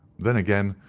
then, again,